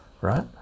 right